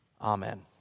Amen